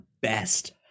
best